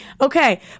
Okay